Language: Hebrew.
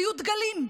היו דגלים.